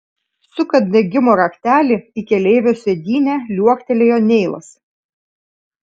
sukant degimo raktelį į keleivio sėdynę liuoktelėjo neilas